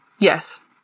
yes